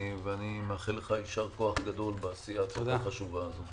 אני מאחל לך יישר כוח גדול בעשייה החשובה הזאת.